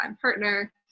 partner